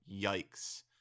Yikes